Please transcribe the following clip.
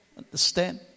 understand